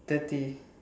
thirty